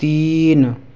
تین